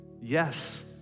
Yes